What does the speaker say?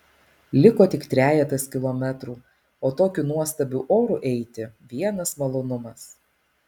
liko tik trejetas kilometrų o tokiu nuostabiu oru eiti vienas malonumas